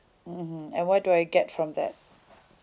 mmhmm and what do I get from that